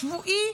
השבועי,